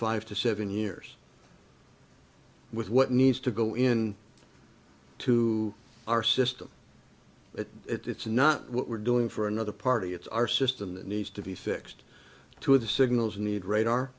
five to seven years with what needs to go in to our system if it's not what we're doing for another party it's our system that needs to be fixed to the signals need radar